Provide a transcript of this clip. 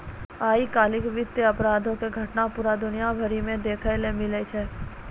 आइ काल्हि वित्तीय अपराधो के घटना पूरा दुनिया भरि मे देखै लेली मिलै छै